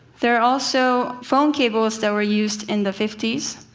there are also phone cables that were used in the fifty s